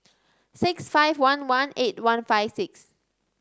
six five one one eight one five six